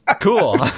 Cool